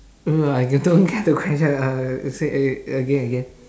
no I did~ don't get the question uh say a~ again again